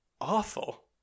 awful